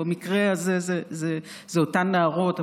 במקרה הזה זה אותן נערות,